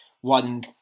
one